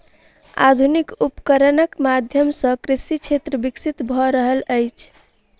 आधुनिक उपकरणक माध्यम सॅ कृषि क्षेत्र विकसित भ रहल अछि